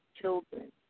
children